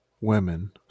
women